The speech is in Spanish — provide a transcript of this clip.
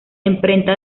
imprenta